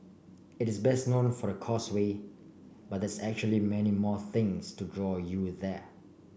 it is best known for the Causeway but there's actually many more things to draw you there